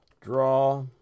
draw